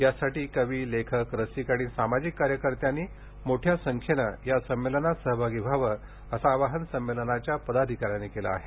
यासाठी कवी लेखक रसिक आणि सामाजिक कार्यकर्त्यांनी मोठ्या संख्येनं या संमेलनात सहभागी व्हावं असं आवाहन संमेलनाच्या पदाधिकाऱ्यांनी केलं आहे